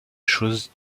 choses